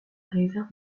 réserve